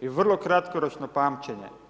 i vrlo kratkoročno pamćenje.